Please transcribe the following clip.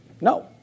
No